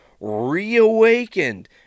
reawakened